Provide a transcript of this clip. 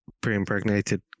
pre-impregnated